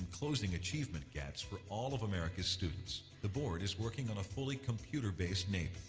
closing achievement gaps for all of american students. the board is working on a fully computer-based naep,